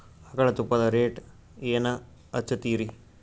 ಆಕಳ ತುಪ್ಪದ ರೇಟ್ ಏನ ಹಚ್ಚತೀರಿ?